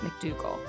McDougall